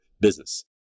business